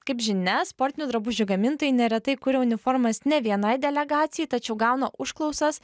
kaip žinia sportinių drabužių gamintojai neretai kuria uniformas ne vienai delegacijai tačiau gauna užklausas